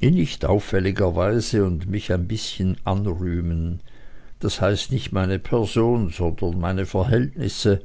nicht auffälliger weise und mich ein bißchen anrühmen das heißt nicht meine person sondern meine verhältnisse